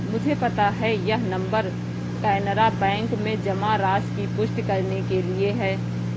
मुझे पता है यह नंबर कैनरा बैंक में जमा राशि की पुष्टि करने के लिए है